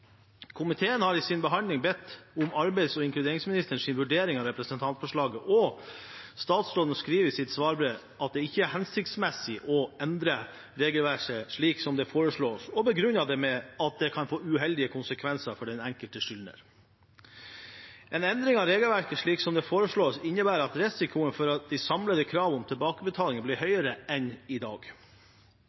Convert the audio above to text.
Komiteen har i sitt arbeid bedt om arbeids- og inkluderingsministerens vurdering av representantforslaget, og hun skriver i sitt svarbrev at det «ikke er hensiktsmessig å endre regelverket slik stortingsrepresentanten foreslår», og begrunner det med at det kan få uheldige konsekvenser for den enkelte skyldner. En endring av regelverket slik det er foreslått, innebærer at risikoen for at de samlede krav om tilbakebetaling blir høyere enn i dag.